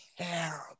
terrible